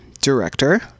director